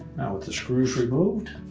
now with the screws removed,